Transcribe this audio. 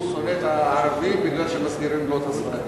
שהוא שונא את הערבים כי הם מזכירים לו את הספרדים.